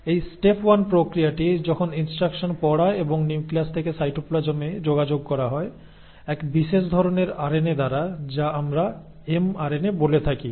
এই স্টেপ 1 প্রক্রিয়াটি যখন ইনস্ট্রাকশন পড়া এবং নিউক্লিয়াস থেকে সাইটোপ্লাজমে যোগাযোগ করা হয় এক বিশেষ ধরণের আরএনএ দ্বারা যাকে আমরা এমআরএনএ বলে থাকি